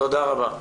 תודה רבה.